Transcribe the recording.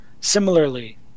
similarly